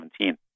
2017